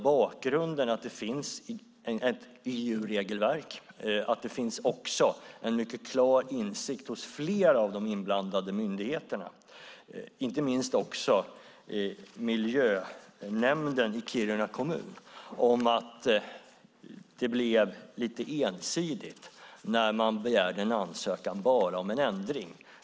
Bakgrunden är att det finns ett EU-regelverk. Det finns också en mycket klar insikt hos flera av de inblandade myndigheterna, inte minst miljönämnden i Kiruna kommun, om att det blev lite ensidigt när man begärde en ansökan bara om en ändring.